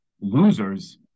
losers